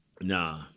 Nah